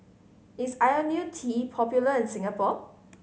is Ionil T popular in Singapore